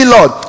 Lord